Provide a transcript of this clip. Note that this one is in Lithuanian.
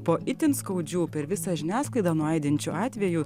po itin skaudžių per visą žiniasklaidą nuaidinčių atvejų